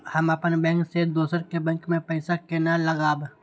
हम अपन बैंक से दोसर के बैंक में पैसा केना लगाव?